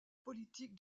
politique